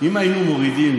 אם היינו מורידים